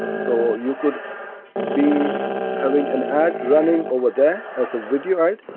so you could be having an ad running over there as a video ad,